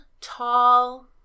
tall